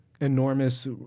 enormous